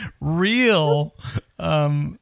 real